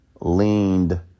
leaned